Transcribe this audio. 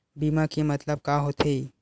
बीमा के मतलब का होथे?